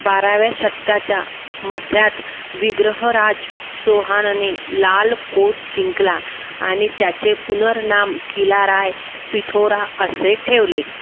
बाराव्या शतकाच्या मध्यात विग्रहराज चोहानने लालकोट जिंकला आनि त्याचे पुनर्नाम किला राय पिथोरा असे ठेवले